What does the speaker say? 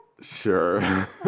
Sure